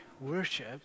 worship